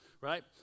right